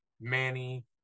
Manny